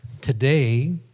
Today